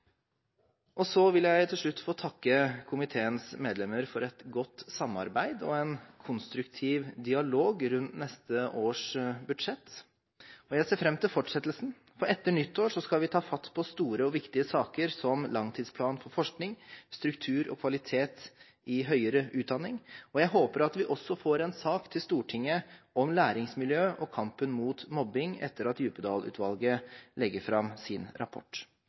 2017. Så vil jeg til slutt få takke komiteens medlemmer for et godt samarbeid og en konstruktiv dialog rundt neste års budsjett. Jeg ser fram til fortsettelsen, for etter nyttår skal vi ta fatt på store og viktige saker, som langtidsplan for forskning, struktur og kvalitet i høyere utdanning. Jeg håper at vi også får en sak til Stortinget om læringsmiljø og kampen mot mobbing, etter at Djupedal-utvalget legger fram sin rapport.